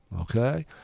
okay